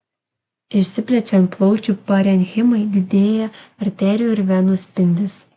išsiplečiant plaučių parenchimai didėja arterijų ir venų spindis